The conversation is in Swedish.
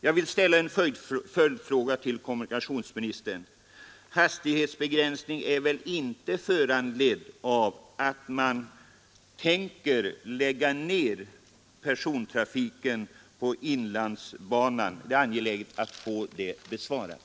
Jag vill ställa en följdfråga till herr kommunikationsministern: Hastighetsbegränsningen är väl inte föranledd av att man tänker lägga ner persontrafiken på inlandsbanan? Det är angeläget att få den frågan besvarad.